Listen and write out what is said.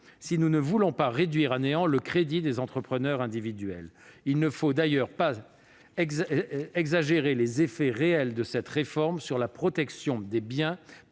si nous ne voulons pas réduire à néant le crédit des entrepreneurs individuels. Il ne faut d'ailleurs pas s'exagérer les effets réels de cette réforme sur la protection des biens